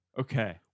Okay